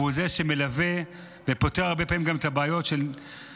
והוא זה שמלווה ופותר הרבה פעמים בעיות של אותם